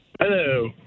Hello